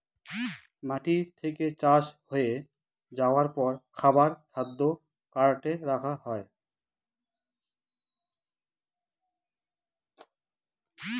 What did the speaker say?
মাটি থেকে চাষ হয়ে যাবার পর খাবার খাদ্য কার্টে রাখা হয়